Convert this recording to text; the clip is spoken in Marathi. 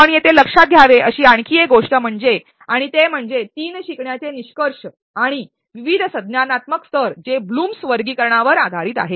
आपण येथे लक्षात घ्यावे अशी आणखी एक गोष्ट आहे आणि ते म्हणजे तीन शिकण्याचे निष्कर्ष आणि विविध संज्ञानात्मक स्तर जे ब्लूम्स blooms taxonomy वर्गीकरणावर आधारित आहेत